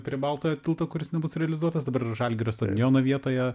prie baltojo tilto kuris nebus realizuotas dabar yra žalgirio stadiono vietoje